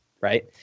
right